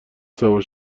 سوار